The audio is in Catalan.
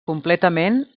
completament